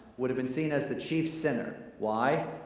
would have been seen as the chief sinner. why?